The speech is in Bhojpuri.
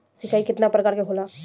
सिंचाई केतना प्रकार के होला?